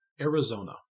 Arizona